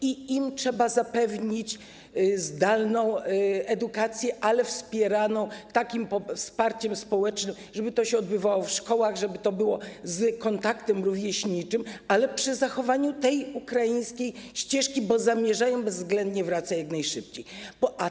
Im trzeba zapewnić zdalną edukację, ale wspieraną wsparciem społecznym, żeby to się odbywało w szkołach, żeby to było z kontaktem rówieśniczym, ale przy zachowaniu ukraińskiej ścieżki, bo oni zamierzają bezwzględnie jak najszybciej wracać.